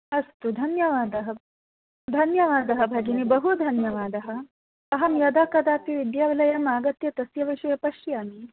अस्तु धन्यवादः धन्यवादः भगिनी बहु धन्यवादः अहं यदा कदापि विद्यालयम् आगत्य तस्य विषये पश्यामि